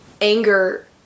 anger